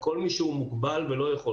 וכל מי שמוגבל ולא יכול,